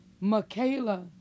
Michaela